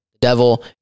devil